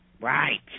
Right